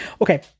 Okay